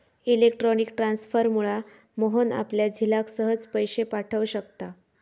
electronic ट्रांसफरमुळा मोहन आपल्या झिलाक सहज पैशे पाठव शकता